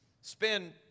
spend